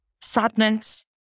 sadness